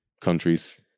countries